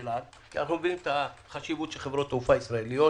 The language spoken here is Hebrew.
אנו מבינים את החשיבות של חברות התעופה הישראליות